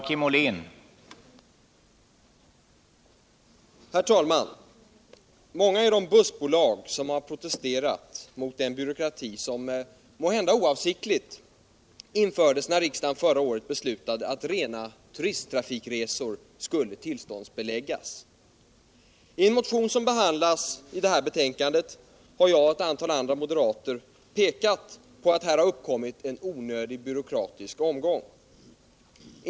Herr talman! Många är de bussbolag som har protesterat mot den byråkrati, som måhända oavsiktligt infördes när riksdagen förra året beslöt att rena turisttrafikresor skulle tillståndsbeläggas. I en motion som behandlas i detta betänkande har jag och ett antal andra moderater pekat på att här har uppkommit en onödig byråkratisk omgång.